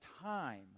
time